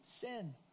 sin